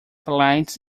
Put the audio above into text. flights